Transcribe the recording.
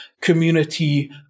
community